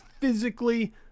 physically